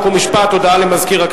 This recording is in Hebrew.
חוק ומשפט נתקבלה.